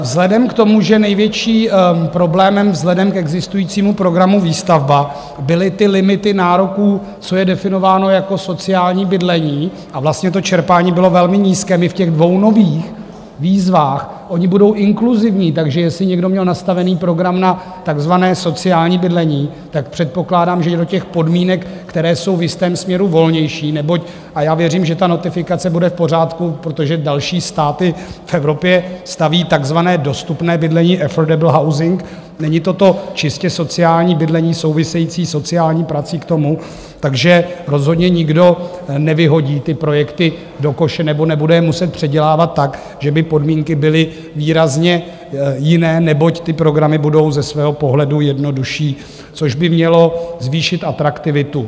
Vzhledem k tomu, že největším problémem vzhledem k existujícímu programu Výstavba byly limity nároků, co je definováno jako sociální bydlení, a vlastně to čerpání bylo velmi nízké, my v těch dvou nových výzvách, ony budou i inkluzivní, takže jestli někdo měl nastaven program na takzvané sociální bydlení, předpokládám, že do těch podmínek, které jsou v jistém směru volnější, neboť a já věřím, že ta notifikace bude v pořádku, protože další státy v Evropě staví takzvané dostupné bydlení, affordable housing, není to to čistě sociální bydlení, související sociální prací k tomu, takže rozhodně nikdo nevyhodí ty projekty do koše nebo nebude je muset předělávat tak, že by podmínky byly výrazně jiné, neboť ty programy budou ze svého pohledu jednodušší, což by mělo zvýšit atraktivitu.